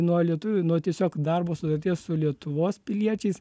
nuo lietuvių nuo tiesiog darbo sutarties su lietuvos piliečiais